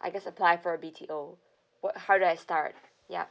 I guess apply for a B_T_O what how do I start yup